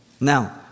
Now